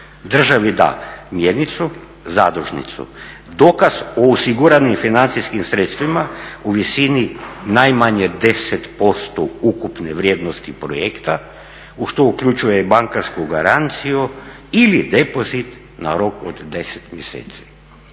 državi da mjenicu, zadužnicu, dokaz o osiguranim financijskim sredstvima u visini najmanje 10% ukupne vrijednosti projekta u što uključuje i bankarsku garanciju ili depozit na rok od 10 mjeseci.